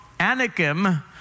Anakim